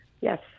yes